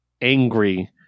angry